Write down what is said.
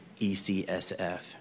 ECSF